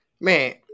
man